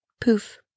Poof